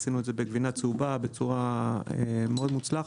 עשינו את זה בגבינה צהובה בצורה מאוד מוצלחת,